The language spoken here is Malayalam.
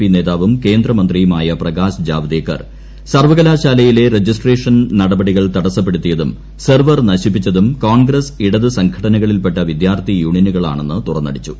പി നേതാവും കേന്ദ്രമന്ത്രിയുമായ പ്രകാശ് ജാപ്പ്ദേക്കർ സർവ്വകലാശാലയിലെ രജിസ്ട്രേഷൻ നടപടികൾ ത്രടസ്സപ്പെടുത്തിയതും സെർവർ നശിപ്പിച്ചതും കോൺഗ്രസ് ഇടതു സംഘ്ടനകളിൽപ്പെട്ട വിദ്യാർത്ഥി യൂണിയനുകളാണെന്ന് തുറന്നടിച്ചു